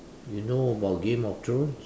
you know about Game of Thrones